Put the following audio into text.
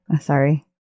Sorry